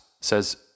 says